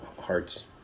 hearts